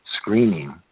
screening